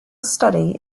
study